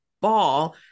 ball